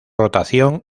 rotación